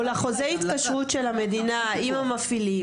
או לחוזה התקשרות של המדינה עם המפעילים,